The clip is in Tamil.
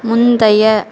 முந்தைய